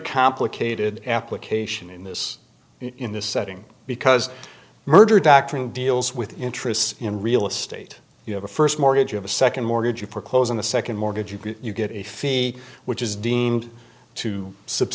complicated application in this in this setting because merger doctrine deals with interests in real estate you have a first mortgage of a second mortgage for closing the second mortgage you get a fee which is deemed to sub